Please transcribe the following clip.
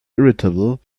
irritable